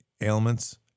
ailments